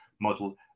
model